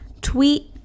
Tweet